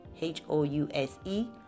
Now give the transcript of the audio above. H-O-U-S-E